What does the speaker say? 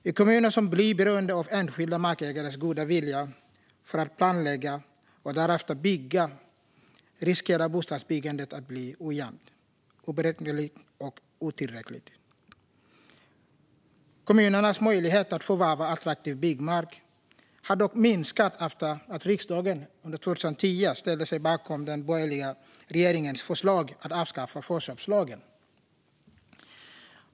I kommuner som blir beroende av enskilda markägares goda vilja för att planlägga och därefter bygga riskerar bostadsbyggandet att bli ojämnt, oberäkneligt och otillräckligt. Kommunernas möjlighet att förvärva attraktiv byggmark har dock minskat efter att riksdagen 2010 ställde sig bakom den borgerliga regeringens förslag om att avskaffa förköpslagen.